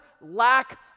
lack